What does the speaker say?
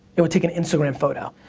it would take an instagram photo.